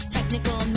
Technical